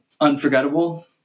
unforgettable